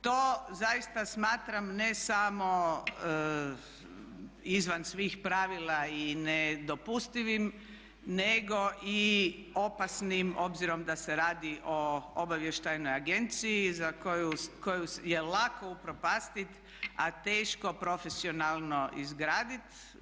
To zaista smatram ne samo izvan svih pravila i nedopustivim nego i opasnim obzirom da se radi o obavještajnoj agenciji koju je lako upropastiti a teško profesionalno izgraditi.